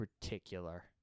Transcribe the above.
particular